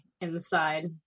inside